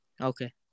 Okay